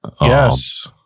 Yes